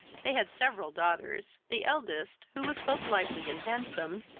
they had several daughters the eldest, who was both lively and handsome,